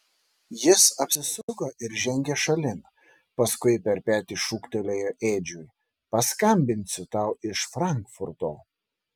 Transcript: jis apsisuko ir žengė šalin paskui per petį šūktelėjo edžiui paskambinsiu tau iš frankfurto